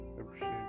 appreciate